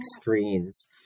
screens